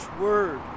word